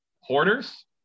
hoarders